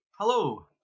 Hello